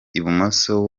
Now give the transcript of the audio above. ibumoso